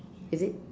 is it